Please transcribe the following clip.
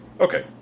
Okay